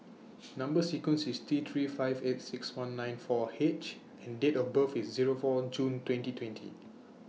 Number sequence IS T three five eight six one nine four H and Date of birth IS Zero four June twenty twenty